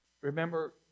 Remember